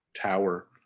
tower